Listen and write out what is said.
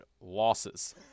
losses